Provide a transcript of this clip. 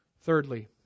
Thirdly